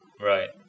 Right